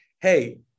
hey